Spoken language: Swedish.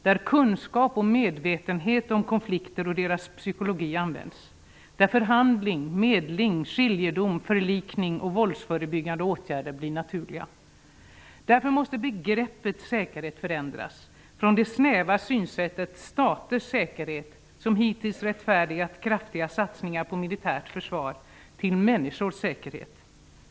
Där används kunskap och medvetenhet om konflikter och deras psykologi. Där blir förhandling, medling, skiljedom, förlikning och våldsförebyggande åtgärder naturliga. Därför måste begreppet säkerhet förändras från att snävt innebära staters säkerhet, vilket hittills rättfärdigat kraftiga satsningar på militärt försvar, till att innebära människors säkerhet.